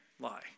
lie